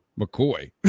McCoy